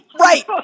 right